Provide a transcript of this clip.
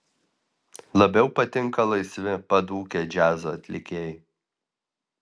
labiau patinka laisvi padūkę džiazo atlikėjai